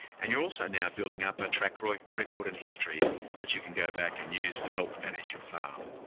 and you're also now building up a track like record in history that you can go back and use to help manage your farm.